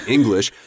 English